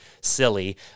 silly